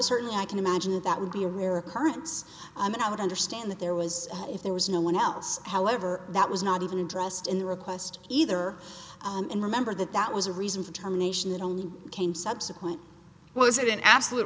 certainly i can imagine that that would be a rare occurrence and i would understand that there was if there was no one else however that was not even addressed in the request either and remember that that was a reason for tom nation that only came subsequent was it an absolute